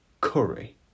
curry